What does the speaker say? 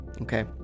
okay